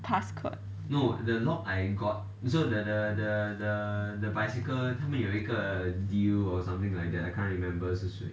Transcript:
pass code